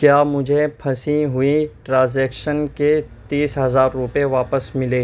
کیا مجھے پھنسی ہوئی ٹرانزیکشن کے تیس ہزار روپے واپس ملے